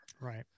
Right